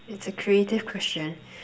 it's a creative question